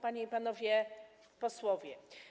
Panie i Panowie Posłowie!